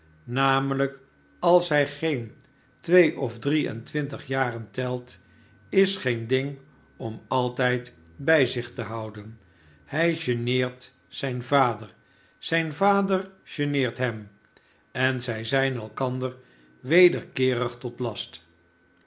namehjk als hij geen twee of drie en twintig jaren telt is geen ding om altijd bij zich te houden hij geneert zijn vader zijn vader geneert hem en zij zijn elkander wederkeerig tot last